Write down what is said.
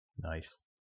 Nice